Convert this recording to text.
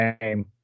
name